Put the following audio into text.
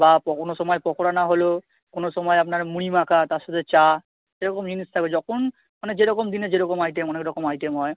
বা কখনও সময় পকোড়া না হলেও কোনো সময় আপনার মুড়ি মাখা তার সাথে চা এরকম জিনিস থাকবে যখন মানে যে রকম দিনে যে রকম আইটেম অনেক রকম আইটেম হয়